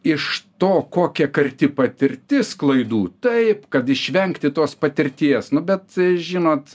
iš to kokia karti patirtis klaidų taip kad išvengti tos patirties nu bet žinot